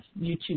YouTube